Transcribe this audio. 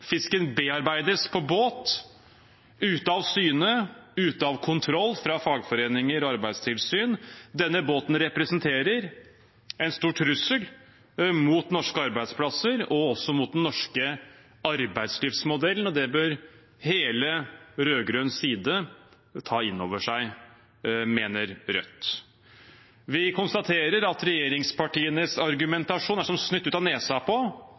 Fisken bearbeides på båt, ute av syne, ute av kontroll fra fagforeninger og Arbeidstilsynet. Denne båten representerer en stor trussel mot norske arbeidsplasser og også mot den norske arbeidslivsmodellen, og det bør hele rød-grønn side ta inn over seg, mener Rødt. Vi konstaterer at regjeringspartienes argumentasjon er som snytt ut av nesa på